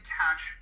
catch